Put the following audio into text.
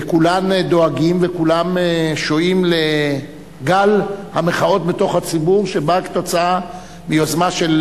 כולם דואגים וכולם שועים לגל המחאות מתוך הציבור שבא כתוצאה מיוזמה של